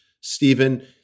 Stephen